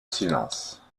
silence